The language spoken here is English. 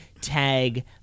tag